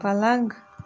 پَلنٛگ